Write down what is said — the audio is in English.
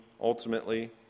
ultimately